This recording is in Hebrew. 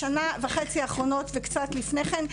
בשנה וחצי האחרונות וקצת לפני כן,